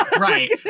Right